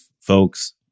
folks